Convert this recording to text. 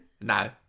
No